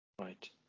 right